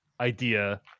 idea